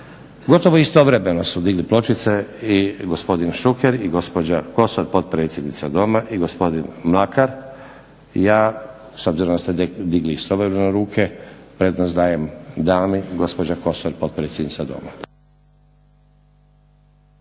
Gotovo istovremeno su digli pločice i gospodin Šuker i gospođa Kosor potpredsjednica Doma i gospodin Mlakar. Ja, s obzirom da ste digli istovremeno ruke, prednost dajem dami. Gospođa Kosor, potpredsjednica Doma.